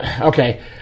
okay